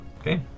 Okay